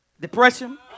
depression